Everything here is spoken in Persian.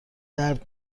درد